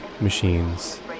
machines